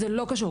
זה לא קשור.